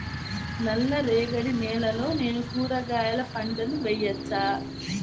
నల్ల రేగడి నేలలో నేను కూరగాయల పంటను వేయచ్చా?